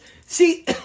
See